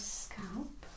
scalp